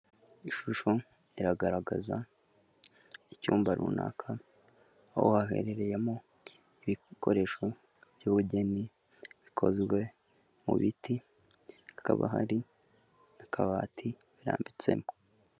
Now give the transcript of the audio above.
Ishusho iragaragaza icyumba runaka aho haherereyemo ibikoresho by'ubugeni bikozwe mu biti hakaba hari akabati birambitsemo.